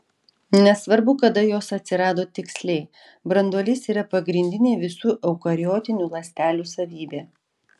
nesvarbu kada jos atsirado tiksliai branduolys yra pagrindinė visų eukariotinių ląstelių savybė